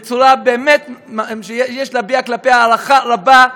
בצורה שבאמת יש להביע כלפיה הערכה רבה,